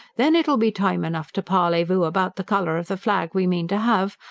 then it'll be time enough to parlez-vous about the colour of the flag we mean to have,